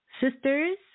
Sisters